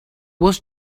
was